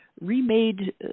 remade